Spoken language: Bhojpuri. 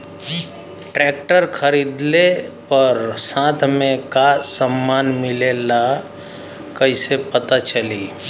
ट्रैक्टर खरीदले पर साथ में का समान मिलेला कईसे पता चली?